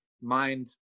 mind